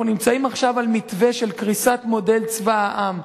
אנחנו נמצאים עכשיו על מתווה של קריסת מודל צבא העם.